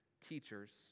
teachers